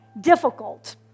difficult